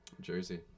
Jersey